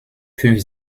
fünf